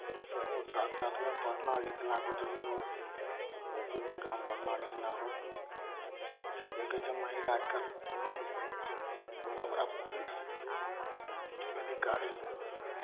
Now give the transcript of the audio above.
सभकिछु साथ साथमे पढ़ना लिखना किछु भी हो जो किछु भी काम पढ़ना लिखना हो देखै छियै महिलाकेँ बनै छथिन बड़ा बड़ा पुलिस अधिकारी